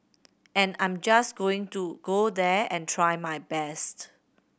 and I'm just going to go there and try my best